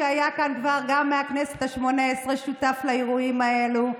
שהיה כאן כבר מהכנסת השמונה-עשרה שותף לאירועים האלו,